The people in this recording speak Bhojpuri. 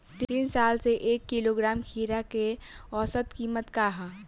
तीन साल से एक किलोग्राम खीरा के औसत किमत का ह?